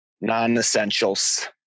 Non-essentials